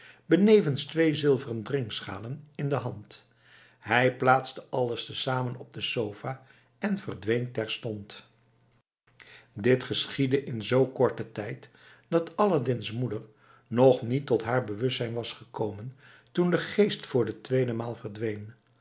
benevens twee zilveren drinkschalen in de hand hij plaatste alles te zamen op de sofa en verdween terstond dit geschiedde in zoo korten tijd dat aladdin's moeder nog niet tot haar bewustzijn was gekomen toen de geest voor de tweede maal verdween